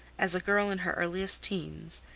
as a girl in her earliest teens,